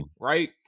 right